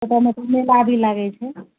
ओतए मतलब मेला भी लागै छै